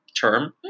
term